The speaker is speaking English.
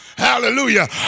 hallelujah